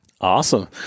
Awesome